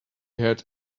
had